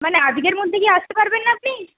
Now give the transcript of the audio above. মানে আজকের মধ্যে কি আসতে পারবেন আপনি